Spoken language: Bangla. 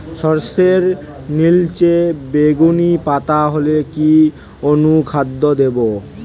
সরর্ষের নিলচে বেগুনি পাতা হলে কি অনুখাদ্য দেবো?